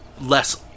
less